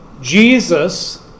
Jesus